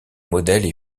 modèles